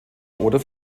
oder